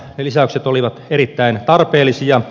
ne lisäykset olivat erittäin tarpeellisia